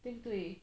对不对